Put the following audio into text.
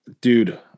dude